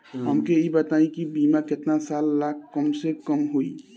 हमके ई बताई कि बीमा केतना साल ला कम से कम होई?